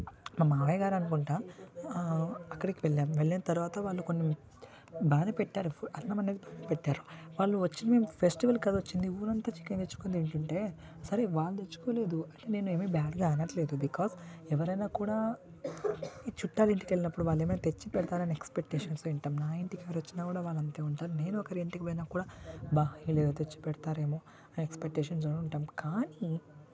మా మామయ్య గారు అనుకుంటా అక్కడికి వెళ్ళాం వెళ్ళిన తర్వాత వాళ్ళు కొన్ని బాగానే పెట్టారు ఫుడ్ అయినా మనకి పెట్టారు వాళ్ళు వచ్చింది ఫెస్టివల్ కదా వచ్చింది ఊరంతా చికెన్ తెచ్చుకొని తింటుంటే అంటే వాళ్ళు తెచ్చుకోలేదు అంటే నేను ఏమి బ్యాడ్గా అనట్లేదు బికాస్ ఎవరైనా కూడా ఈ చుట్టాలు ఇంటికి వెళ్ళినప్పుడు వాళ్ళు ఏమైనా తెచ్చి పెడతారు అని ఎక్స్పెక్టేషన్స్తో ఉంటాం నా ఇంటికి మీరు వచ్చినా కూడా వాళ్ళందరు అంతే అంటారు నేను ఒకరి ఇంటికి వెళ్ళినా కూడా బాగా ఇక్కడ ఏమి తెచ్చి పెడతారో ఏమో అని ఎక్స్పెక్టేషన్స్తో ఉంటాం కానీ